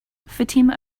fatima